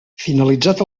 finalitzat